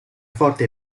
forte